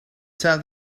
tell